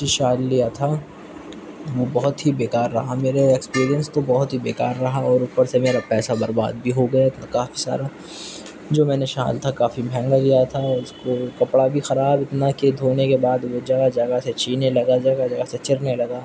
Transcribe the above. شال لیا تھا وہ بہت ہی بیکار رہا میرے ایکسپرینس تو بہت ہی بیکار رہا اور اوپر سے میرا پیسہ برباد بھی ہو گیا تھا کافی سارا جو میں نے شال تھا کافی مہنگا لیا تھا اور اس کو کپڑا بھی خراب اتنا کہ دھونے کے بعد وہ جگہ جگہ سے چھینے لگا جگہ جگہ سے چرنے لگا